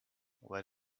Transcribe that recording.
where